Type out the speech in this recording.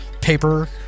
paper